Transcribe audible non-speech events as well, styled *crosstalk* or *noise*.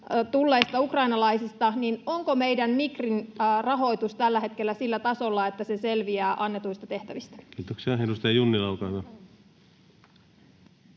tulleista ukrainalaisista, *noise* niin onko meidän Migrin rahoitus tällä hetkellä sillä tasolla, että se selviää annetuista tehtävistä? Kiitoksia. — Edustaja Junnila, olkaa hyvä.